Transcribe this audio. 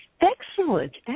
Excellent